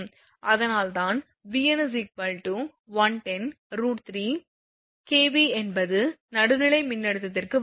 அதனால்தான் Vn 110 √3 kV என்பது நடுநிலை மின்னழுத்தத்திற்கு வரி